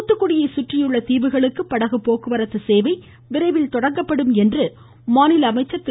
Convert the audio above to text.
தூத்துக்குடியை சுற்றியுள்ள தீவுகளுக்கு படகுப் போக்குவரத்து சேவை விரைவில் தொடங்கப்படும் என்று மாநில அமைச்சர் திரு